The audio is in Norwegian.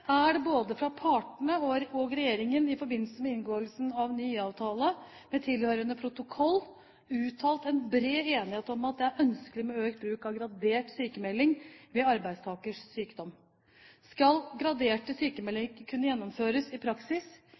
er det både fra partene og fra regjeringen i forbindelse med inngåelsen av en ny IA-avtale med tilhørende protokoll uttalt en bred enighet om at det er ønskelig med en økt bruk av gradert sykmelding ved arbeidstakers sykdom. Skal graderte sykmeldinger kunne gjennomføres i praksis,